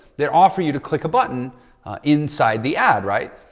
they're offering you to click a button inside the ad, right?